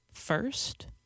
first